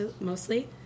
mostly